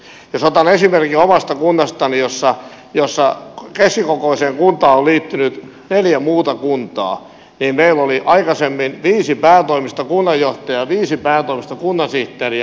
jos otan esimerkin omasta kunnastani jossa keskikokoiseen kuntaan on liittynyt neljä muuta kuntaa niin meillä oli aikaisemmin viisi päätoimista kunnanjohtajaa viisi päätoimista kunnansihteeriä